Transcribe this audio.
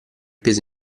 peso